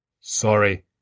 Sorry